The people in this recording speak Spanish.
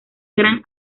gran